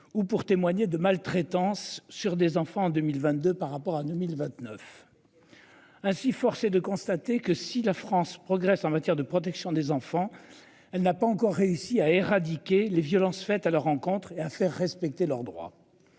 ou pour témoigner de maltraitance sur des enfants en 2022 par rapport à 2029. Ainsi forcé de constater que si la France progresse en matière de protection des enfants. Elle n'a pas encore réussi à éradiquer les violences faites à leur encontre et à faire respecter leurs droits.